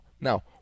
Now